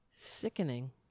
Sickening